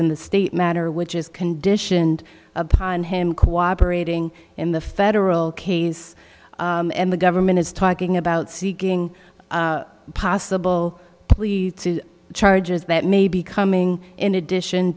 in the state matter which is conditioned upon him cooperating in the federal case and the government is talking about seeking possible charges that may be coming in addition